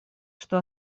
что